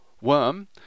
worm